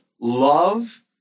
love